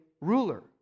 ruler